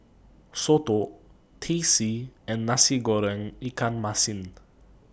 Soto Teh C and Nasi Goreng Ikan Masin